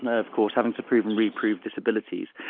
and of course, having to prove and re-prove disabilities.